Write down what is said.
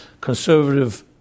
conservative